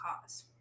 cause